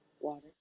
water